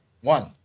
One